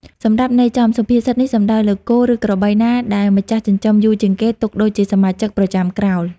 សម្រាប់ន័យចំ សុភាសិតនេះសំដៅលើ គោ ឬក្របីណាដែលម្ចាស់ចិញ្ចឹមយូរជាងគេ ទុកដូចជាសមាជិកប្រចាំក្រោល។